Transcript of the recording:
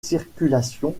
circulations